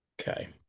Okay